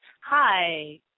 Hi